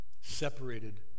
separated